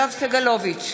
יואב סגלוביץ'